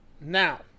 now